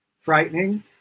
frightening